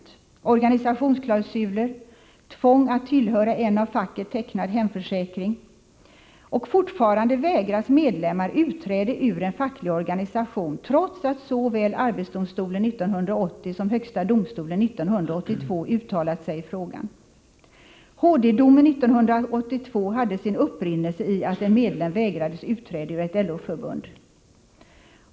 Lägg därtill organisationsklausuler, tvång att tillhöra en av facket tecknad hemförsäkring och att medlemmar fortfarande vägras utträde ur en facklig organisation trots att såväl arbetsdomstolen 1980 som högsta domstolen 1982 uttalat sig i frågan. HD-domen 1982 hade sin upprinnelse i att en medlem vägrades utträde ur ett LO-förbund.